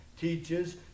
teaches